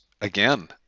again